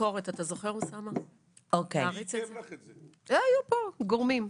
היו פה גורמים.